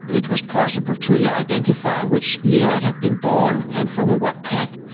it was possible to yeah identify which year it had been born and from what pack.